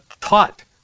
taught